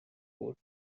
force